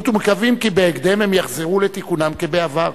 ומקווים כי בהקדם הם יחזרו לתיקונם כבעבר.